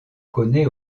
connait